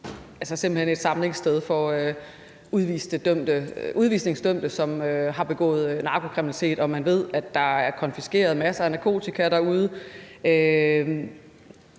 hen lidt er et samlingssted for udvisningsdømte, som har begået narkokriminalitet, og man ved, at der er konfiskeret masser af narkotika derude.